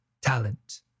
talent